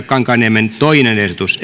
kankaanniemen ehdotus